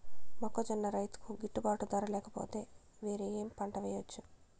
మొక్కజొన్న రైతుకు గిట్టుబాటు ధర లేక పోతే, వేరే ఏమి పంట వెయ్యొచ్చు?